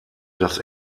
das